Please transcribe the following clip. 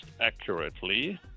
accurately